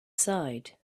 side